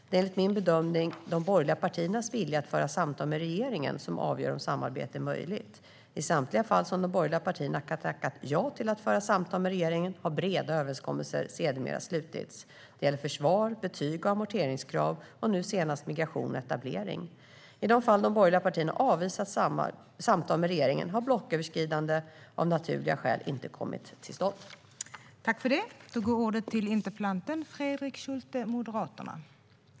Det är enligt min bedömning de borgerliga partiernas vilja att föra samtal med regeringen som avgör om samarbete är möjligt. I samtliga fall som de borgerliga partierna tackat ja till att föra samtal med regeringen har breda överenskommelser sedermera slutits. Det gäller försvar, betyg och amorteringskrav och nu senast migration och etablering. I de fall som de borgerliga partierna avvisat samtal med regeringen har blocköverskridande av naturliga skäl inte heller kommit till stånd.